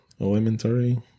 elementary